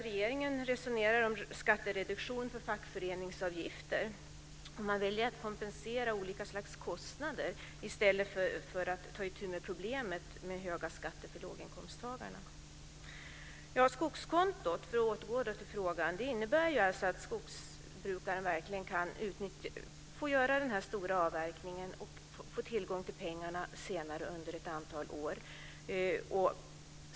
Regeringen resonerar nu om en skattereduktion för fackföreningsavgifter. Man väljer att kompensera för olika slags kostnader i stället för att ta itu med problemet med höga skatter för låginkomsttagare. Skogskontot - för att återgå till frågan - innebär att skogsbrukaren får göra den stora avverkningen och sedan får tillgång till pengarna under ett antal år.